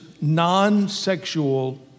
non-sexual